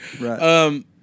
Right